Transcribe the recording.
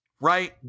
Right